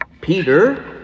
Peter